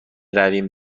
رویم